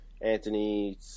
Anthony